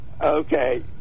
Okay